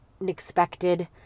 unexpected